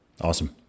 awesome